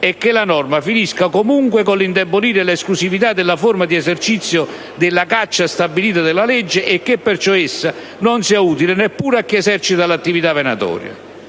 è che la norma finisca comunque con l'indebolire l'esclusività della forma di esercizio della caccia stabilita dalla legge e che, perciò, essa non sia utile neppure a chi esercita l'attività venatoria.